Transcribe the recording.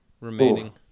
remaining